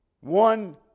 One